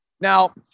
Now